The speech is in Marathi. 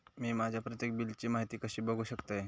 मी माझ्या प्रत्येक बिलची माहिती कशी बघू शकतय?